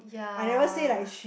yeah